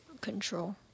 control